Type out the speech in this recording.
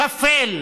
שפל,